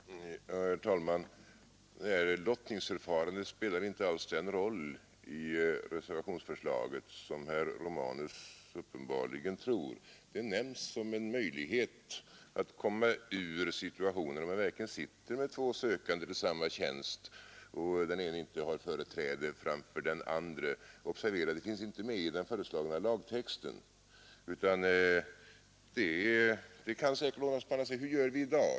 Herr talman! Lottningsförfarandet spelar inte alls den roll i reservationsförslaget som herr Romanus uppenbarligen tror. Det nämns som en möjlighet att komma ur situationen, om man verkligen sitter med två sökande till samma tjänst och den ene inte har företräde framför den andre. Observera att det inte finns med i den föreslagna lagtexten. Vi kan se på hur det går till i dag.